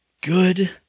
good